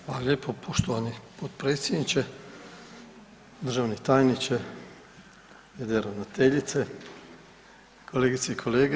Hvala lijepo poštovani potpredsjedniče, državni tajniče, ravnateljice, kolegice i kolege.